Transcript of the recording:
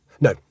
No